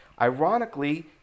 Ironically